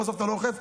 ובסוף אתה לא אוכף?